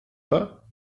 pas